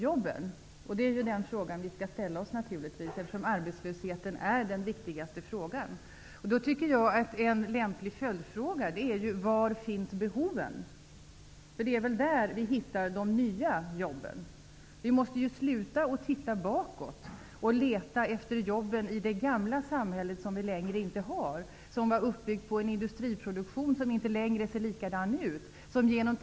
Det är naturligtvis den fråga som vi skall ställa oss, eftersom arbetslösheten är det viktigaste problemet. Jag tycker att en lämplig följdfråga är: Var finns behoven? För det är väl där som vi hittar de nya jobben. Vi måste sluta att se bakåt och att leta efter jobben i det gamla samhälle som vi inte längre har och som var uppbyggt på en industriproduktion som inte är likadan som tidigare.